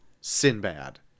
Sinbad